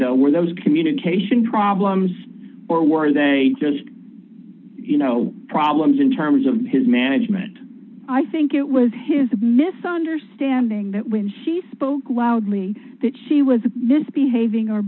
know where those communication problems or where they just you know problems in terms of his management i think it was his misunderstanding that when he spoke wildly that she was this behaving